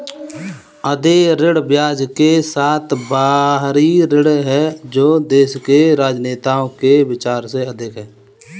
अदेय ऋण ब्याज के साथ बाहरी ऋण है जो देश के राजनेताओं के विचार से अधिक है